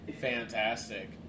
fantastic